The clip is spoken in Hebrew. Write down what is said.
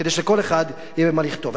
כדי שלכל אחד יהיה במה לכתוב.